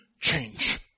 change